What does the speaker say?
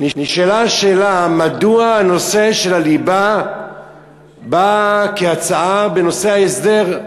נשאלה השאלה מדוע הנושא של הליבה בא כהצעה בנושא ההסדרים,